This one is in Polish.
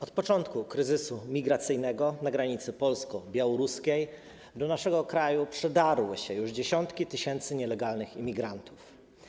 Od początku kryzysu migracyjnego na granicy polsko-białoruskiej do naszego kraju przedarły się już dziesiątki tysięcy nielegalnych imigrantów.